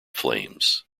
flames